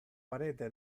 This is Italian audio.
parete